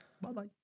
Bye-bye